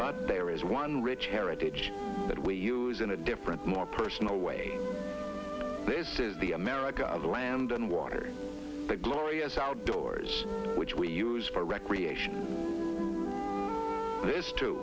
but there is one rich heritage that we use in a different more personal way this is the america of the land and water the glorious outdoors which we use for recreation this too